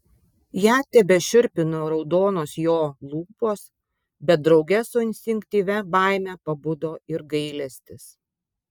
ją tebešiurpino raudonos jo lūpos bet drauge su instinktyvia baime pabudo ir gailestis